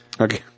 Okay